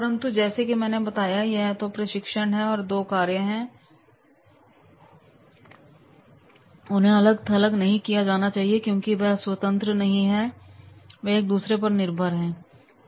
परंतु जैसे कि मैंने बताया कि यह तो प्रशिक्षण है और दो कार्य हैंउन्हें अलग थलग नहीं किया जाना चाहिए क्योंकि वह स्वतंत्र नहीं है वे एक दूसरे पर निर्भर हैं